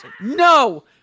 No